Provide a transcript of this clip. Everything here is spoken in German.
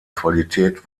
qualität